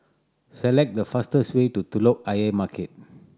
select the fastest way to Telok Ayer Market